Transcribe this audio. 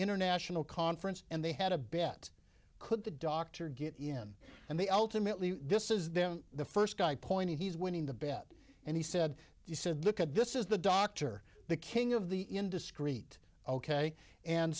international conference and they had a bet could the doctor get in and they ultimately this is then the first guy point he's winning the bed and he said he said look at this is the doctor the king of the indiscrete ok and